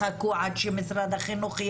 חכו עד שמשרד החינוך,